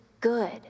good